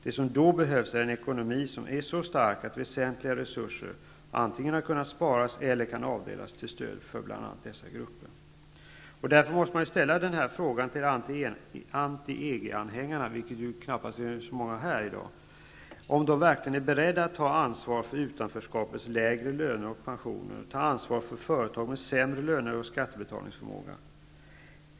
Det som då behövs är en ekonomi som är så stark att väsentliga resurser antingen har kunnat sparas eller kan avdelas till stöd för bl.a. anhängarna -- så många sådana finns knappast här i dag -- om de verkligen är beredda att ta ansvar för de lägre löner och de mindre pensioner som ett utanförskap innebär samt för företag med sämre löner och en sämre skattebetalningsförmåga.